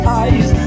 eyes